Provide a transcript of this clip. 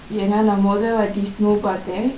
என்ன நா மொத்த வாட்டி:enna naa motha vaati snow பாத்தேன்:paathen